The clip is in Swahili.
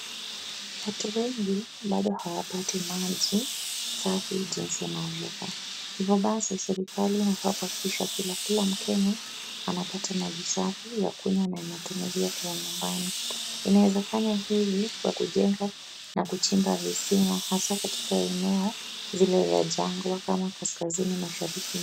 Watu wengi bado hawapati maji safi jinsi inavyofaa. Hivyo basi serikali inafaa kuhakikisha kila mkenya anapata maji safi ya kunywa na ya matumizi ya nyumbani. Inaweza fanya hili kwa kujenga na kuchiba visima hasa katika eneo zile za jagwa kama kaskazini mashariki.